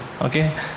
Okay